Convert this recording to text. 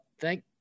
thank